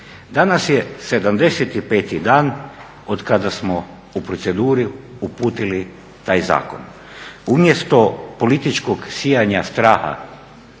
Danas je 75. dan od kada smo u proceduru uputili taj zakon.